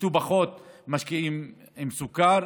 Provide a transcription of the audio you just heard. שישתו פחות משקאות עם סוכר.